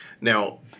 Now